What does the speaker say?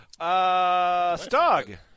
Stog